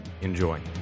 Enjoy